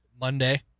Monday